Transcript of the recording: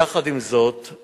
יחד עם זאת,